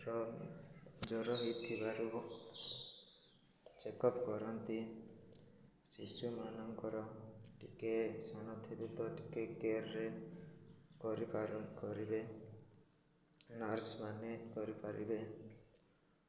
ଜର ହେଇଥିବାରୁ ଚେକଅପ୍ କରନ୍ତି ଶିଶୁମାନଙ୍କର ଟିକେ ସାନ ଥିବେ ତ ଟିକେ କେୟାରରେ କରିପ କରିବେ ନର୍ସ ମାନେ କରିପାରିବେ